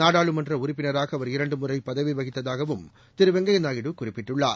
நாடாளுமன்றுப்பினராகஅவர் இரண்டுமுறைபதவிவகித்ததாகவும் திரு வெங்கையாநாயுடு குறிப்பிட்டுள்ளார்